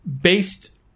based